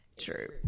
True